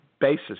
basis